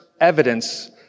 evidence